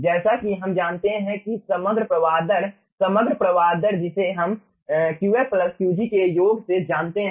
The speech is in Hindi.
जैसा कि हम जानते हैं कि समग्र प्रवाह दर समग्र प्रवाह दर जिसे हम Qf Qg के योग से जानते हैं